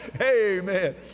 Amen